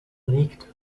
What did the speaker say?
liegt